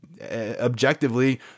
objectively